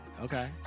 Okay